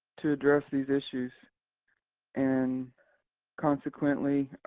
to address these issues and consequently,